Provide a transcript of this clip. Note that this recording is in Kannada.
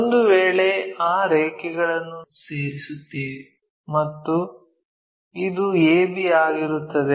ಒಂದು ವೇಳೆ ಆ ರೇಖೆಗಳನ್ನು ಸೇರಿಸುತ್ತೇವೆ ಮತ್ತು ಇದು ab ಆಗಿರುತ್ತದೆ